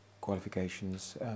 qualifications